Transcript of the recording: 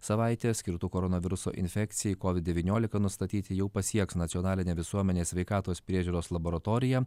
savaitę skirtų koronaviruso infekcijai covid devyniolika nustatyti jau pasieks nacionalinę visuomenės sveikatos priežiūros laboratoriją